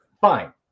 Fine